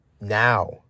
now